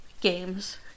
games